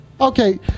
Okay